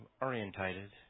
orientated